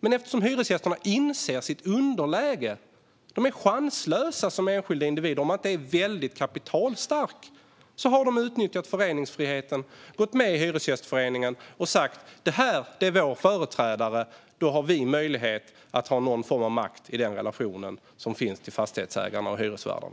Men eftersom hyresgästerna inser sitt underläge - man är chanslös som enskild individ om man inte är väldigt kapitalstark - har de utnyttjat föreningsfriheten, gått med i Hyresgästföreningen och sagt: Det här är vår företrädare. På det sättet har de möjlighet att ha någon form av makt i relationen till fastighetsägare och hyresvärdar.